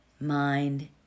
mind